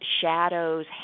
shadows